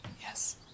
Yes